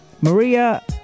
Maria